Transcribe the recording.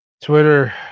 Twitter